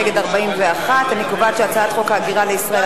נגד 41. אני קובעת שהצעת חוק ההגירה לישראל,